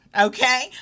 okay